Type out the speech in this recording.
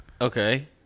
Okay